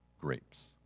grapes